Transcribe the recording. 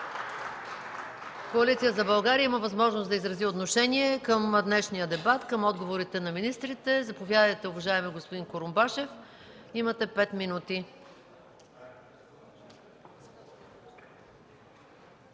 Коалиция за България има възможност да изрази отношение към днешния дебат, към отговорите на министрите. Заповядайте, уважаеми господин Курумбашев – имате пет минути.